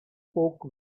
spoke